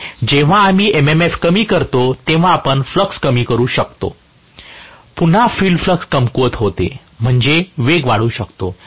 म्हणून जेव्हा आम्ही MMF कमी करतो तेव्हा आपण फ्लक्स कमी करू पुन्हा फील्ड कमकुवत होते म्हणजे वेग वाढू शकतो